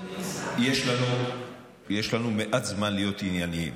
יש לנו מעט זמן להיות עניינים,